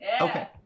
okay